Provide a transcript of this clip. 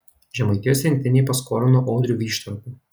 žemaitijos rinktinei paskolino audrių vyštartą